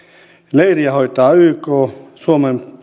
leiriä hoitaa yk suomen